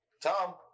Tom